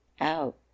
out